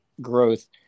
growth